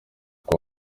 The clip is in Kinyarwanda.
uko